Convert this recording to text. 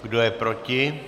Kdo je proti?